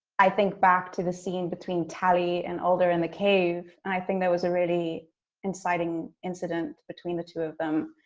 i think back to the scene between tally and alder in the cave. and i think that was a really inciting incident between the two of them.